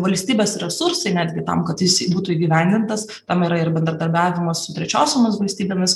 valstybės resursai netgi tam kad jis būtų įgyvendintas tam yra ir bendradarbiavimo su trečiosiomis valstybėmis